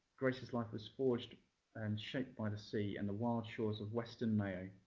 grace's life was forged and shaped by the sea and the wild shores of western mayo.